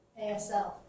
ASL